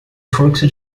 fluxo